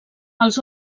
els